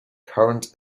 current